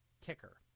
kicker